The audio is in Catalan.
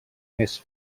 més